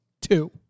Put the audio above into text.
two